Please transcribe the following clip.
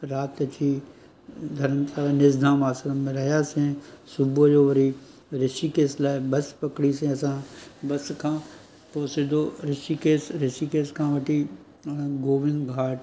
राति थी धरमशाला निज़धाम आश्रम में रहियासीं सुबुह जो वरी ऋषिकेश लाइ बसि पकिड़ीसीं असां बसि खां पोइ सिधो ऋषिकेश ऋषिकेश खां वठी गोविंद घाट